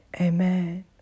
Amen